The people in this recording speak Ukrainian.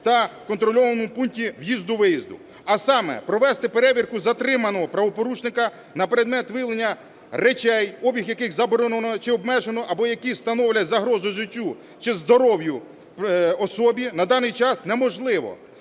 та контрольованому пункті в'їзду-виїзду. А саме: провести перевірку затриманого правопорушника на предмет виявлення речей, обіг яких заборонено чи обмежено, або які становлять загрозу життю чи здоров'ю особи, на даний час неможливо.